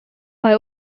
bei